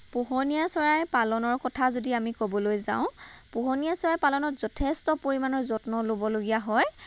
পোহনীয়া চৰাইৰ পালনৰ কথা যদি আমি ক'বলৈ যাওঁ পোহনীয়া চৰাইৰ পালনত যথেষ্ট পৰিমাণৰ যত্ন ল'বলগীয়া হয়